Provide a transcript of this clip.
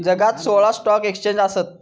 जगात सोळा stock exchange आसत